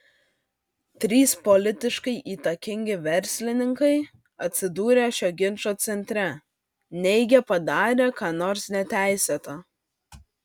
trys politiškai įtakingi verslininkai atsidūrę šio ginčo centre neigia padarę ką nors neteisėta